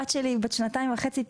הבת שלי היא בת שנתיים וחצי,